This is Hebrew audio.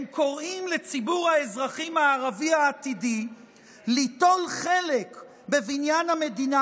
הם קוראים לציבור האזרחים הערבי העתידי ליטול חלק בבניין המדינה